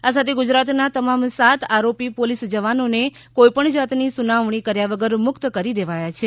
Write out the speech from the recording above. આ સાથે ગુજરાતના તમામ સાત આરોપી પોલીસ જવાનોને કોઈ પણ જાતની સુનાવણી કર્યા વગર મુક્ત કરી દેવાયા છે